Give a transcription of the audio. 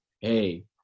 hey